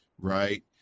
right